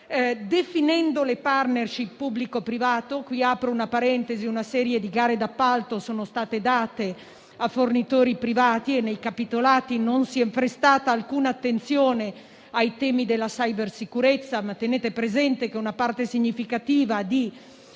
definendo le *partnership* tra pubblico e privato. A tal proposito, apro una parentesi. Una serie di gare d'appalto è stata aggiudicata a fornitori privati e nei capitolati non si è prestata alcuna attenzione ai temi della *cybersicurezza.* Tenete presente che una parte significativa di